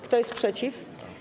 Kto jest przeciw?